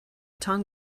tongue